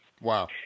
Wow